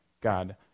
God